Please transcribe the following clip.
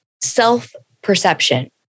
self-perception